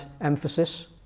emphasis